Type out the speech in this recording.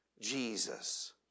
Jesus